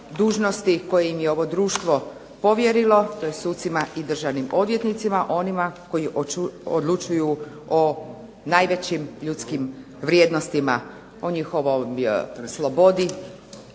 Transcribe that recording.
dužnosti koje im je ovo društvo povjerilo, to je sucima i državnim odvjetnicima, onima koji odlučuju o najvećim ljudskih vrijednostima, o njihovoj slobodi,